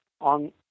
on